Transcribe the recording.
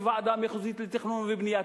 ועדה מחוזית לתכנון ובנייה.